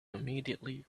immediately